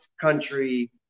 country